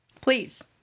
Please